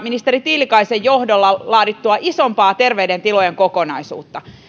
ministeri tiilikaisen johdolla laadittua isompaa terveiden tilojen kokonaisuutta